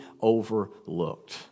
overlooked